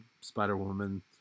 Spider-Woman